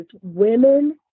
women